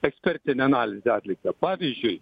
ekspertinė analizė atlikta pavyzdžiui